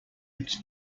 its